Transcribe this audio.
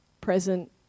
present